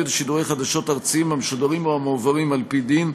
שידורי חדשות ארציים המשודרים או המועברים על-פי דין,